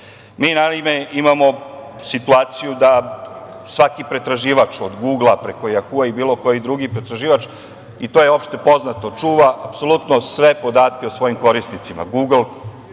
Naime, imamo situaciju da svaki pretraživač, od „Gugla“ preko „Jahua“ i bilo kojih drugi pretraživač, to je opšte poznato, čuva apsolutno sve podatke o svojim korisnicima.